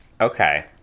Okay